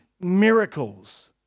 miracles